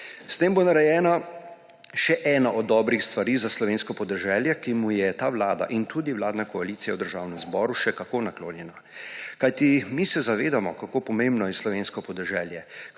S tem bo narejena še ena od dobrih stvari za slovensko podeželje, ki mu je ta vlada in tudi vladna koalicija v Državnem zboru še kako naklonjena. Kajti zavedamo se, kako pomembno je slovensko podeželje,